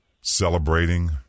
celebrating